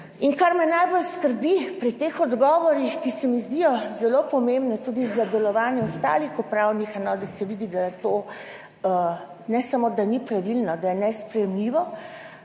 In kar me najbolj skrbi pri teh odgovorih, ki se mi zdijo zelo pomembne tudi za delovanje ostalih upravnih enot, da se vidi, da je to, ne samo, da ni pravilno, da je nesprejemljivo,